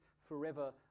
forever